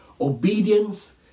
obedience